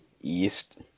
East